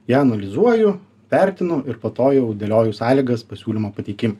ją analizuoju vertinu ir po to jau dėlioju sąlygas pasiūlymo pateikimo